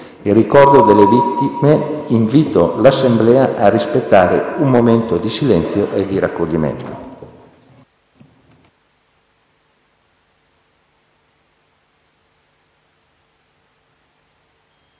In ricordo delle vittime invito l'Assemblea a rispettare un momento di silenzio e di raccoglimento.